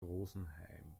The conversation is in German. rosenheim